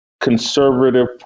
conservative